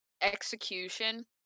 execution